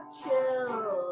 chill